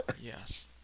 Yes